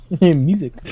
music